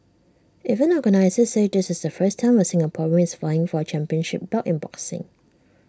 event organisers said this is the first time A Singaporean is vying for A championship belt in boxing